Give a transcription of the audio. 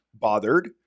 bothered